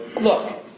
look